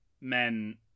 men